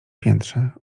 piętrze